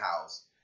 House